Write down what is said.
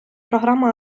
програма